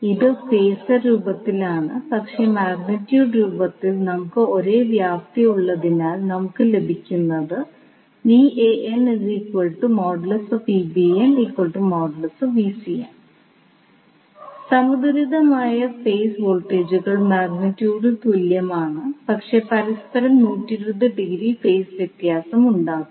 ഇത് ഫേസർ രൂപത്തിലാണ് പക്ഷേ മാഗ്നിറ്റ്യൂഡ് രൂപത്തിൽ നമുക്ക് ഒരേ വ്യാപ്തിയുള്ളതിനാൽ നമുക്ക് ലഭിക്കുന്നത് സമതുലിതമായ ഫേസ് വോൾട്ടേജുകൾ മാഗ്നിറ്റ്യൂഡിൽ തുല്യമാണ് പക്ഷേ പരസ്പരം 120 ഡിഗ്രി ഫേസ് വ്യത്യാസമുണ്ടാകും